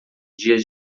dias